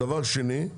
דבר שני,